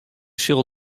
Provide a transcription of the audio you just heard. sil